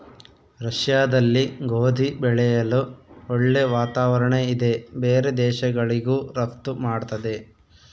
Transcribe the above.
ರಷ್ಯಾದಲ್ಲಿ ಗೋಧಿ ಬೆಳೆಯಲು ಒಳ್ಳೆ ವಾತಾವರಣ ಇದೆ ಬೇರೆ ದೇಶಗಳಿಗೂ ರಫ್ತು ಮಾಡ್ತದೆ